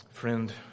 Friend